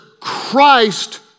Christ